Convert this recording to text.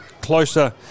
closer